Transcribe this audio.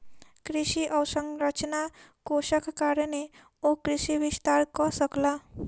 कृषि अवसंरचना कोषक कारणेँ ओ कृषि विस्तार कअ सकला